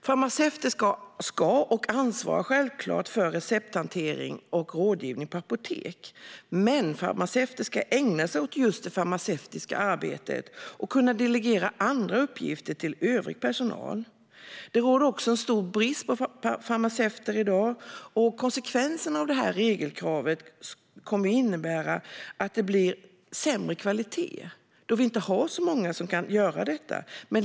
Farmaceuter ska ansvara - och ansvarar självklart - för recepthantering och rådgivning på apotek. Men farmaceuter ska ägna sig åt just det farmaceutiska arbetet och ska kunna delegera andra uppgifter till övrig personal. Det råder också en stor brist på farmaceuter i dag. Konsekvensen av det här regelkravet kommer att bli sämre kvalitet, då vi inte har så många som kan göra detta.